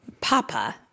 Papa